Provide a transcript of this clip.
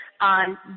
on